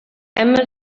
әмма